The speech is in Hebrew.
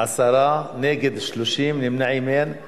בסוף דברי אני מבקש להודות לחבר הכנסת אמנון כהן,